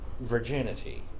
virginity